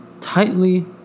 tightly